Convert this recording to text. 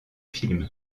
film